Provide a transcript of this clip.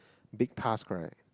big task right